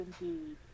indeed